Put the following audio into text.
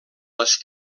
les